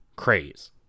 Craze